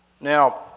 Now